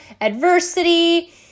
adversity